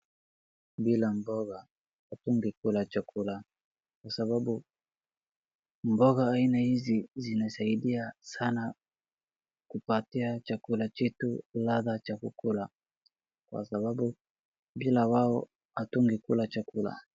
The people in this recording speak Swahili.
Bila mboga hatungekula chakula kwa sababu mboga aina hizi zinasaidia sana kupatia chakula chetu radha cha kukula. Kwa sababu bila wao hatungekula chakula.